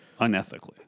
Unethically